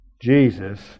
Jesus